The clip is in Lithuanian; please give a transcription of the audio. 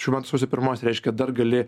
šių metų sausio pirmos reiškia dar gali